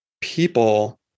people